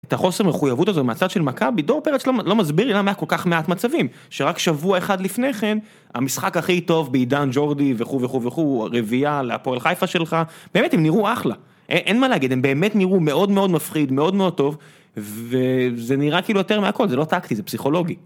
תחוס המחויבות הזה מצד של מכבי, דור פרץ לא מסביר למה היה כל כך מעט מצבים, שרק שבוע אחד לפני כן המשחק הכי טוב בעידן ג'ורדי וכו וכו וכו הרבעייה להפועל חיפה שלך באמת הם נראו אחלה. אין מה להגיד אם באמת נראו מאוד מאוד מפחיד מאוד מאוד טוב, וזה נראה כאילו יותר מהכל זה לא טקטי זה פסיכולוגי.